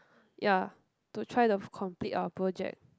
ya to try to complete our project